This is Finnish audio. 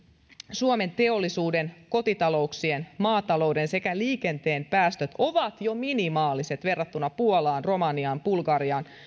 suomen teollisuuden kotitalouksien maatalouden sekä liikenteen päästöt ovat jo minimaaliset verrattuna puolaan romaniaan bulgariaan ja